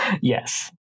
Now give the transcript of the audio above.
Yes